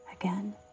Again